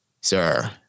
Sir